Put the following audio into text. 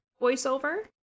voiceover